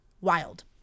Wild